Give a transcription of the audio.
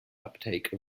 uptake